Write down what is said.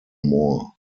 moore